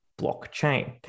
blockchain